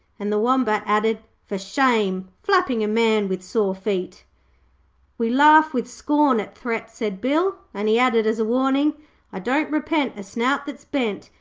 and the wombat added, for shame, flapping a man with sore feet we laugh with scorn at threats said bill, and he added as a warning i don't repent a snout that's bent,